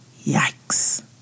Yikes